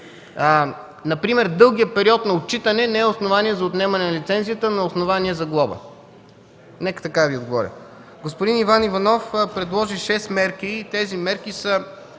лиценз. Дългият период на отчитане не е основание за отнемане на лиценз, но е основание за глоба. Нека така Ви отговоря. Господин Иван Н. Иванов предложи шест мерки.